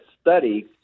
study